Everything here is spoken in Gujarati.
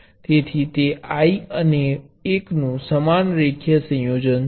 તેથી તે I અને 1 નું સમાન રેખીય સંયોજન છે